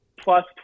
plus